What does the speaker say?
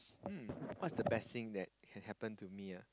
um what's the best thing that can happen to me ah